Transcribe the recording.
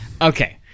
Okay